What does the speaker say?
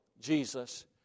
Jesus